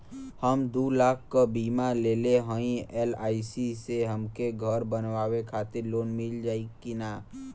हम दूलाख क बीमा लेले हई एल.आई.सी से हमके घर बनवावे खातिर लोन मिल जाई कि ना?